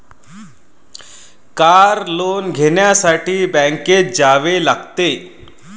car loan घेण्यासाठी बँकेत जावे लागते